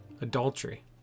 adultery